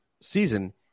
season